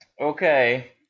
Okay